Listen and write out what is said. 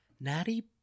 Natty